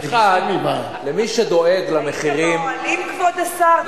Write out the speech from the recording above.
אחד, למי שדואג למחירים, היית באוהלים, כבוד השר?